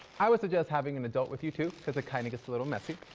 i would suggest having an adult with you too, cause it kind of gets a little messy.